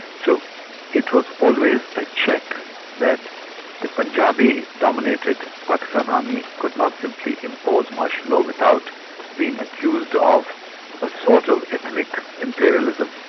so it was always a check that the punjabi-dominated pakistan army could not simply impose martial law without being accused of a sort of ethnic imperialism.